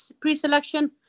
pre-selection